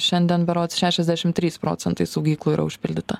šiandien berods šešiasdešim trys procentai saugyklų yra užpildyta